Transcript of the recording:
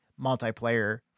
multiplayer